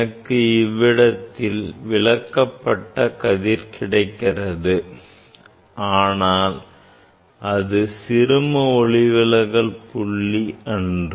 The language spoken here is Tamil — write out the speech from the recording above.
எனக்கு இவ்விடத்தில் விலக்கப்பட்ட கதிர் கிடைக்கிறது ஆனால் இது சிறும ஒளிவிலகல் புள்ளி அன்று